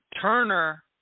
Turner –